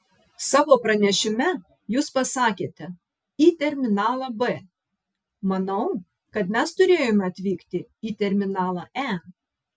savo pranešime jūs pasakėte į terminalą b manau kad mes turėjome atvykti į terminalą e